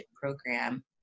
program